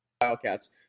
Wildcats